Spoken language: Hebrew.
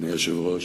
אדוני היושב-ראש,